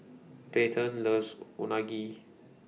Payten loves Unagi